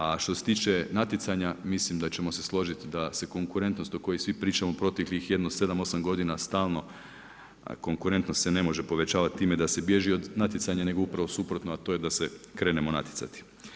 A što se tiče natjecanja, mislim da ćemo se složiti da se konkretnost o kojoj svi pričaju u proteklih jedno 7, 8 godina stalno konkretnost se ne može povećavati time da se biježe od natjecanja, nego upravo suprotno, a to je da se krenemo natjecati.